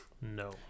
No